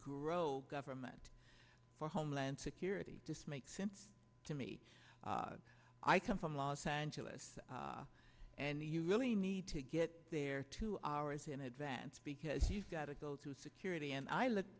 grow government for homeland security this makes sense to me i come from los angeles and you really need to get there two hours in advance because you've got to go through security and i look